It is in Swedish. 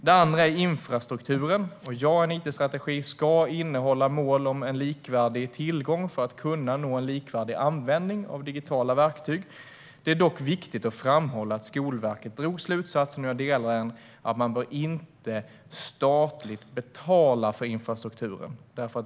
Den andra frågan är infrastrukturen, och ja, en it-strategi ska innehålla mål om en likvärdig tillgång för att kunna nå en likvärdig användning av digitala verktyg. Det är dock viktigt att framhålla att Skolverket drog slutsatsen - och jag delar den - att staten inte bör betala för infrastrukturen.